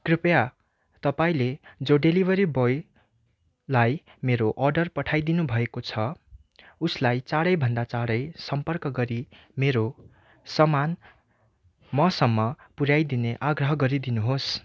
कृपया तपाईँले जो डेलिभरी बोयलाई मेरो अर्डर पठाइदिनु भएको छ उसलाई चाँडैभन्दा चाँडै सम्पर्क गरी मेरो सामान मसम्म पुऱ्याइदिने आग्रह गरिदिनुहोस्